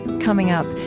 coming up,